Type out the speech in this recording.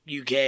UK